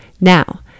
Now